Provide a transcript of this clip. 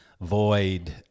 Void